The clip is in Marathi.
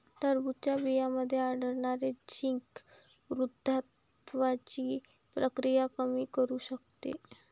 टरबूजच्या बियांमध्ये आढळणारे झिंक वृद्धत्वाची प्रक्रिया कमी करू शकते